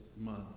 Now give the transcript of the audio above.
month